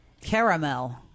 caramel